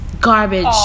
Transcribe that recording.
garbage